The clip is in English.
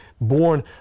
born